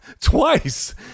Twice